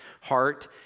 heart